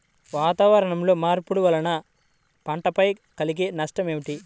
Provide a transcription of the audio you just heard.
వాతావరణంలో మార్పుల వలన పంటలపై కలిగే నష్టం ఏమిటీ?